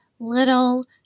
Little